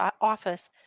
office